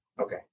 Okay